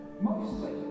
Mostly